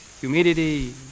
humidity